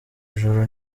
ijuru